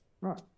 Right